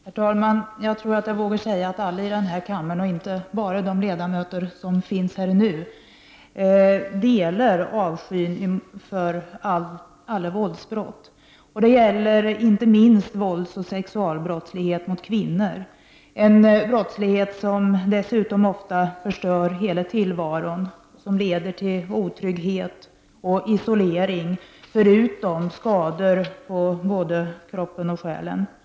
Herr talman! Jag tror att jag vågar säga att alla i den här kammaren och inte bara de ledamöter som finns här nu delar avskyn mot alla våldsbrott. Det gäller inte minst våldsoch sexualbrott mot kvinnor. Det är en brottslighet som ofta förstör hela tillvaron och leder till otrygghet och isolering, förutom skador på både kropp och själ, för de drabbade.